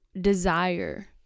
desire